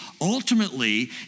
ultimately